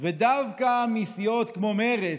ודווקא סיעות כמו מרצ,